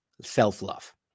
self-love